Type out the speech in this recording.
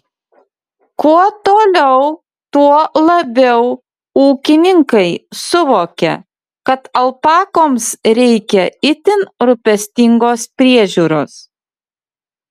kuo toliau tuo labiau ūkininkai suvokia kad alpakoms reikia itin rūpestingos priežiūros